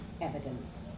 Evidence